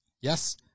Yes